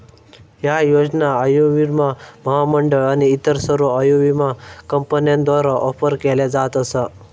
ह्या योजना आयुर्विमा महामंडळ आणि इतर सर्व आयुर्विमा कंपन्यांद्वारा ऑफर केल्या जात असा